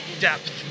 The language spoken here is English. depth